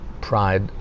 pride